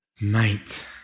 Mate